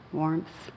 warmth